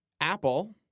Apple